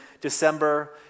December